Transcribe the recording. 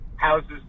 houses